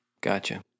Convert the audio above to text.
Gotcha